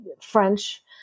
French